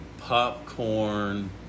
popcorn